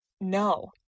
no